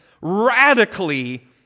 radically